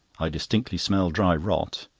i distinctly smell dry rot.